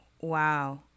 Wow